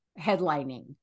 headlining